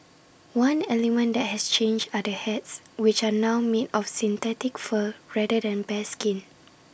one element that has changed are the hats which are now made of synthetic fur rather than bearskin